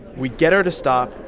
we get her to stop,